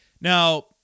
Now